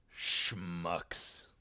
schmucks